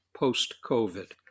post-COVID